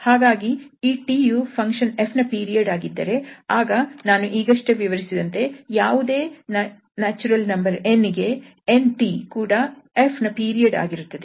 ಹಾಗಾಗಿ ಈ T ಯು ಫಂಕ್ಷನ್ 𝑓 ನ ಪೀರಿಯಡ್ ಆಗಿದ್ದರೆ ಆಗ ನಾನು ಈಗಷ್ಟೇ ವಿವರಿಸಿದಂತೆ ಯಾವುದೇ 𝑛 ∈ ℕ ಗೆ 𝑛𝑇 ಕೂಡ 𝑓 ನ ಪೀರಿಯಡ್ ಆಗಿರುತ್ತದೆ